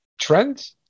trend